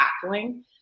tackling